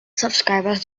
subscribers